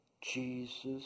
Jesus